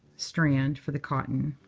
strand for the cotton.